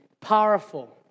powerful